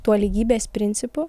tuo lygybės principu